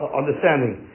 understanding